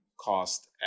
Cost